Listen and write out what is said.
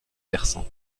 versant